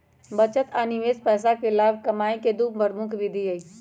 बचत आ निवेश पैसा से लाभ कमाय केँ दु प्रमुख विधि हइ